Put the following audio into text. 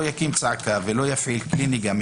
לא יקים צעקה ולא יפעיל כלי נגינה,